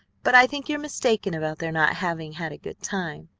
but i think you're mistaken about their not having had a good time.